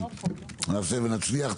נעשה ונצליח.